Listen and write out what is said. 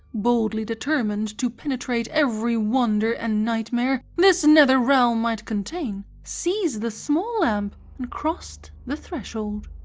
boldly determined to penetrate every wonder and nightmare this and nether realm might contain, seized the small lamp and crossed the threshold.